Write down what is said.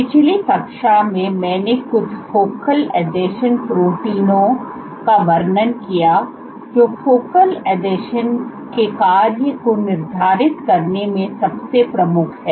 पिछली कक्षा में मैंने कुछ फोकल एडहेसिव्स प्रोटीनों का वर्णन किया जो फोकल एडिशन्स के कार्य को निर्धारित करने में सबसे प्रमुख हैं